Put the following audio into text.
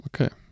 Okay